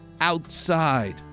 outside